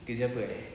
kerja apa eh